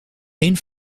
een